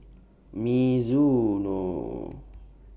Mizuno